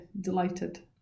delighted